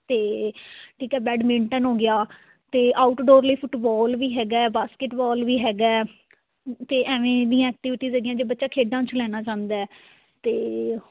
ਅਤੇ ਠੀਕ ਹੈ ਬੈਡਮਿੰਟਨ ਹੋ ਗਿਆ ਅਤੇ ਆਊਟਡੋਰ ਲਈ ਫੁੱਟਬੋਲ ਵੀ ਹੈਗਾ ਬਾਸਕਿਟਵੋਲ ਵੀ ਹੈਗਾ ਅਤੇ ਐਵੇਂ ਦੀਆਂ ਐਕਟੀਵਿਟੀਜ਼ ਹੈਗੀਆਂ ਜੇ ਬੱਚਾ ਖੇਡਾਂ 'ਚ ਲੈਣਾ ਚਾਹੁੰਦਾ ਅਤੇ